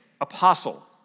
apostle